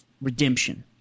Redemption